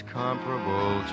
comparable